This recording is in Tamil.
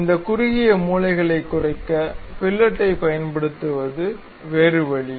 இந்த குறுகிய மூலைகளை குறைக்க ஃபில்லட்டைப் பயன்படுத்துவது வேறு வழி